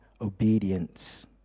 obedience